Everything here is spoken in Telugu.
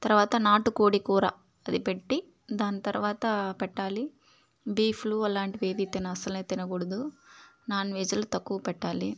తరువాత నాటు కోడి కూర అది పెట్టి దాని తరువాత పెట్టాలి బీఫ్లు అలాంటివేవీ అస్సలే తినకూడదు నాన్వెజ్లు తక్కువ పెట్టాలి